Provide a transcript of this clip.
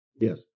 Yes